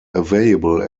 available